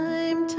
Time